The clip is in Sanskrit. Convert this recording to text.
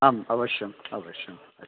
आम् अवश्यम् अवश्यम् आचार्य